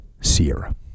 Sierra